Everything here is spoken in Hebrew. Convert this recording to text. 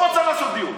לא רוצה לעשות דיון.